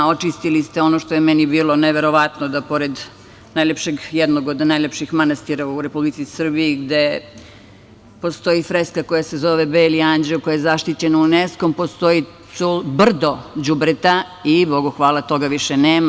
Očistili ste ono što je meni bilo neverovatno, da pored jednog od najlepših manastira u Republici Srbiji, gde postoji freska koja se zove Beli anđeo, koja je zaštićena UNESKO-om, postoji brdo đubreta i, bogu hvala, toga više nema.